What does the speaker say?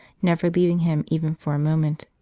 never leaving him even for a moment.